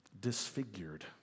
disfigured